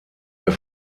der